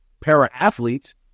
para-athletes